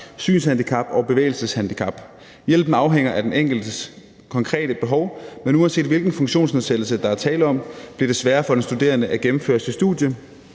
synshandicap og bevægelseshandicap. Hjælpen afhænger af den enkeltes konkrete behov, men uanset hvilken funktionsnedsættelse der er tale om, bliver det sværere for den studerende at gennemføre sit studie,